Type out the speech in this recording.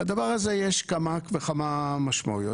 לדבר הזה יש כמה וכמה משמעויות.